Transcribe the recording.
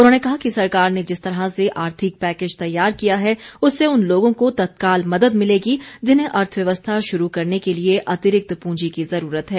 उन्होंने कहा कि सरकार ने जिस तरह से आर्थिक पैकेज तैयार किया है उससे उन लोगों को तत्काल मदद मिलेगी जिन्हें अर्थव्यवस्था शुरू करने के लिए अतिरिक्त पूंजी की जरूरत है